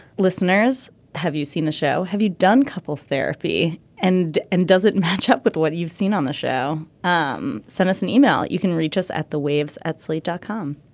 listeners have you seen the show. have you done couples therapy and and doesn't match up with what you've seen on the show. um send us and an e-mail. you can reach us at the waves at slate dot com